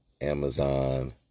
Amazon